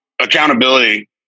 Accountability